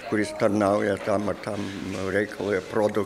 kuris tarnauja tam ar tam reikalui aprodo